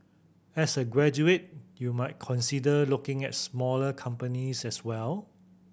as a graduate you might consider looking at smaller companies as well